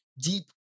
deep